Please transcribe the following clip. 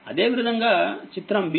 అదేవిధంగాచిత్రం b నుండి i36